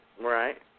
Right